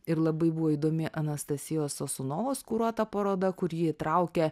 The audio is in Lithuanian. ir labai buvo įdomi anastasijos sosunovos kuruota paroda kur ji traukė